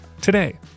today